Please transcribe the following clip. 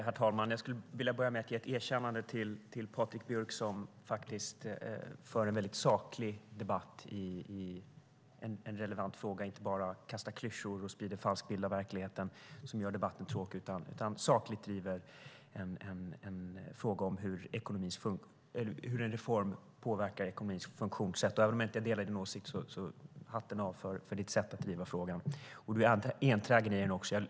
Herr talman! Jag skulle vilja börja med att ge ett erkännande till Patrik Björck, som faktiskt för en väldigt saklig debatt i en relevant fråga. Han kastar inte bara klyschor och sprider en falsk bild av verkligheten, vilket gör debatten tråkig, utan driver sakligt frågan om hur en reform påverkar ekonomins funktionssätt. Även om jag inte delar din åsikt säger jag: Hatten av för ditt sätt att driva frågan! Du är också enträgen i den.